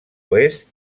oest